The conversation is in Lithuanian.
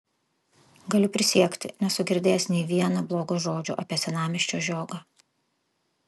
galiu prisiekti nesu girdėjęs nei vieno blogo žodžio apie senamiesčio žiogą